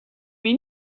mean